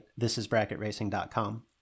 thisisbracketracing.com